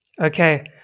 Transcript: Okay